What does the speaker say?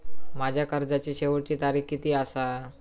माझ्या कर्जाची शेवटची तारीख किती आसा?